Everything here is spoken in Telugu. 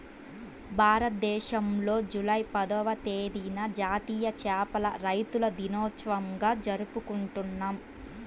భారతదేశంలో జూలై పదవ తేదీన జాతీయ చేపల రైతుల దినోత్సవంగా జరుపుకుంటున్నాం